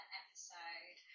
episode